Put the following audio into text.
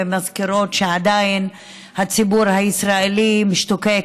ומזכירות שעדיין הציבור הישראלי משתוקק